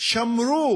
שמרו